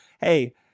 Hey